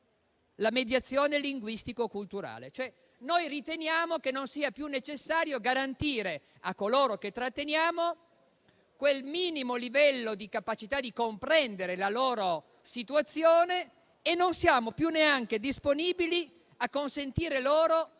la mediazione linguistico-culturale. Noi riteniamo che non sia più necessario garantire, a coloro che tratteniamo, quel minimo livello di capacità di comprendere la loro situazione e non siamo più neanche disponibili a consentire loro